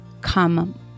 come